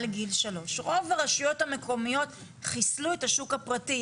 גיל 3. רוב הרשויות המקומיות חיסלו את השוק הפרטי.